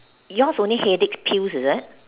yours only headache pills is it